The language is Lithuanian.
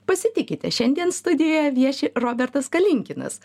pasitikite šiandien studijoje vieši robertas kalinkinas